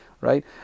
right